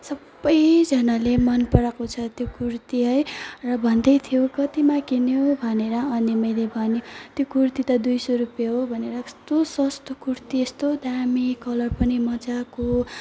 सबैजनाले मनपराएको छ त्यो कुर्ती है र भन्दै थियो कतिमा किन्यौ भनेर अनि मैले भनेँ त्यो कुर्ती त दुई सौ रुपियाँ हो भनेर कस्तो सस्तो कुर्ती यस्तो दामी कलर पनि मजाको